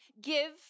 give